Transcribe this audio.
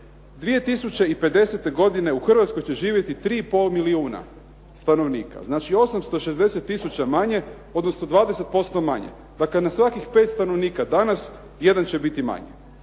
u Hrvatskoj će živjeti 3 i pol milijuna stanovnika, znači 860 tisuća manje odnosno 20% manje. Dakle, na svakih 5 stanovnika danas jedan će biti manje.